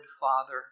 father